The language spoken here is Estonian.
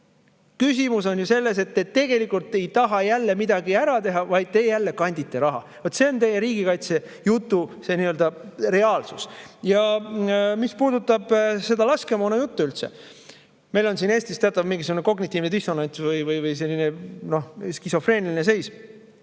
Küsimus on selles, et te tegelikult ei taha jälle midagi ära teha, vaid te jälle kandite raha. See on teie riigikaitsejutu nii-öelda reaalsus. Mis puudutab seda laskemoona juttu üldse, siis meil on siin Eestis mingisugune teatav kognitiivne dissonants või selline skisofreeniline seis.